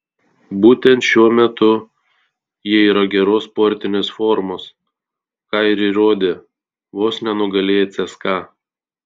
būtent šiuo metu jie yra geros sportinės formos ką ir įrodė vos nenugalėję cska